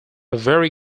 very